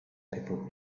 people